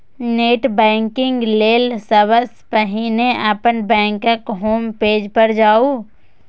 net banking लेल सबसं पहिने अपन बैंकक होम पेज पर जाउ